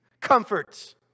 comforts